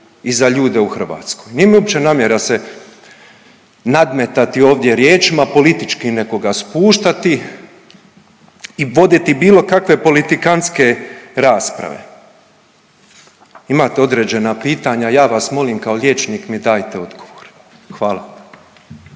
i za ljude u Hrvatskoj. Nije mi uopće namjera se nadmetati ovdje riječima, politički nekoga spuštati i voditi bilo kakve politikantske rasprave. Imate određena pitanja, ja vas molim kao liječnik mi dajte odgovor. Hvala.